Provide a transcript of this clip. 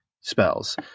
spells